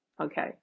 Okay